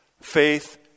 Faith